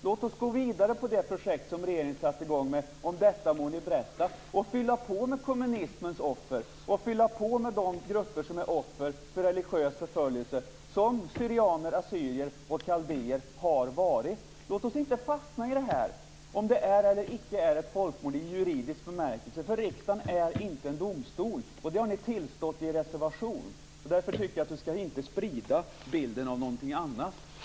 Låt oss gå vidare med det projekt som regeringen satte i gång med ...om detta må ni berätta... och fylla på med kommunismens offer och de grupper som är offer för religiös förföljelse, som syrianer, assyrier och kaldéer har varit. Låt oss inte fastna i frågan om det är eller icke är ett folkmord i juridisk bemärkelse! Riksdagen är inte en domstol, och det har ni tillstått i er reservation. Därför tycker jag inte att Margareta Viklund ska sprida bilden av någonting annat.